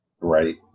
Right